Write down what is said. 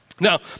Now